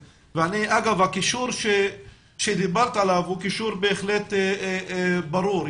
אגב, הקישור שדיברת עליו הוא קישור בהחלט ברור.